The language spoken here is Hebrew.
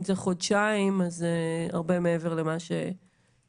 אם זה חודשיים אז זה הרבה מעבר למה שסביר,